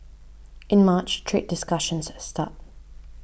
in March trade discussions start